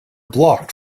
blocked